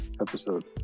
episode